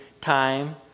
time